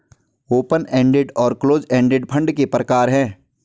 open ended और close ended fund के प्रकार हैं